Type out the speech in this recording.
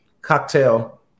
cocktail